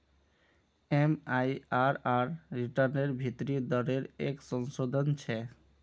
MIRR रिटर्नेर भीतरी दरेर एक संशोधन छे